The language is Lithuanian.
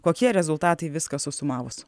kokie rezultatai viską susumavus